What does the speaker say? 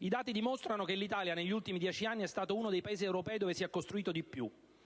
I dati dimostrano che l'Italia negli ultimi dieci anni è stato uno dei Paesi europei dove si è costruito di più.